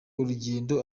urugendo